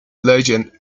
legend